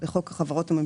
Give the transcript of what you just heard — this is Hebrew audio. החוק הזה לא קשור לזה.